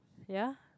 ya